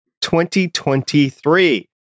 2023